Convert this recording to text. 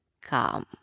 Come